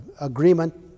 agreement